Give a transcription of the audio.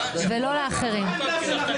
מה העמדה שלך?